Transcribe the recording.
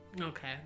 okay